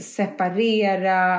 separera